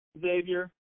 Xavier